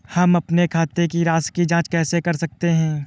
हम अपने खाते की राशि की जाँच कैसे कर सकते हैं?